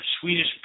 Swedish